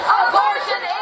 abortion